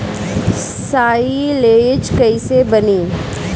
Silage कईसे बनी?